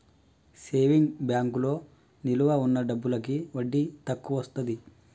saving బ్యాంకులో నిలవ ఉన్న డబ్బులకి వడ్డీ తక్కువొస్తది